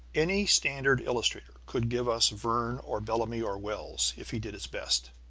any standard illustrator could give us verne or bellamy or wells if he did his best.